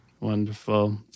Wonderful